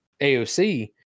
AOC